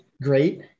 great